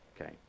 Okay